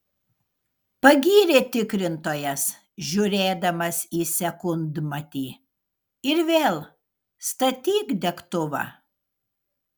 pagyrė tikrintojas žiūrėdamas į sekundmatį ir vėl statyk degtuvą